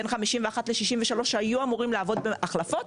שנמצאים כאן בין 51 ל-63 חודשים והיו אמורים לעבוד בהחלפות,